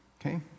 Okay